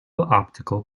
optical